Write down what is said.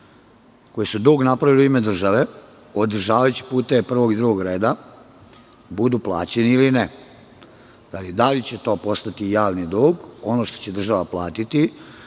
koji su dug napravili u ime države održavajući puteve prvog i drugog reda budu plaćeni ili ne? Da li će to postati javni dug, ono što će država platiti